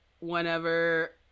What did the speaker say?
whenever